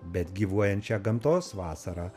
bet gyvuojančią gamtos vasarą